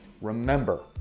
remember